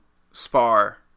spar